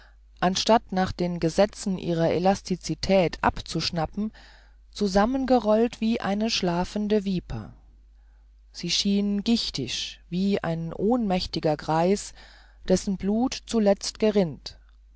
anstatt nach den gesetzen ihrer elasticität abzuschnappen zusammengerollt wie eine schlafende viper sie schien gichtisch wie ein ohnmächtiger greis dessen blut zuletzt gerinnt